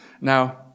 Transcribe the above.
Now